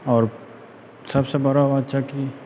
आओर सबसँ बड़ा बात छऽ की